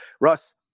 Russ